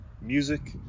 Music